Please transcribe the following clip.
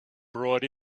brought